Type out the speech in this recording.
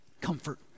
Comfort